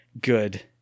good